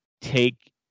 take